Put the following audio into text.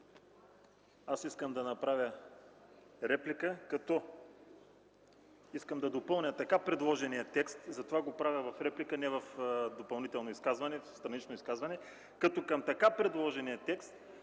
искам да направя реплика, като допълня така предложения текст, затова го правя в реплика, не в допълнително, странично изказване. Към така предложения текст